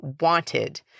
wanted